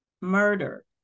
murder